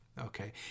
okay